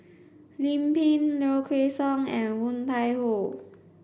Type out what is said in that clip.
Lim Pin Low Kway Song and Woon Tai Ho